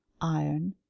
iron